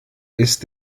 ist